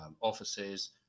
offices